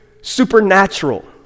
supernatural